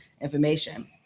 information